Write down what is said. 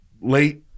late